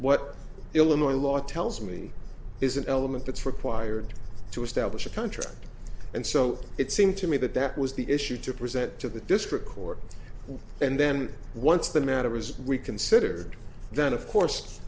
what illinois law tells me is an element that's required to establish a contract and so it seemed to me that that was the issue to present to the district court and then once the matter is we considered then of course